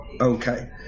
Okay